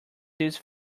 his